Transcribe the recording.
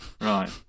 Right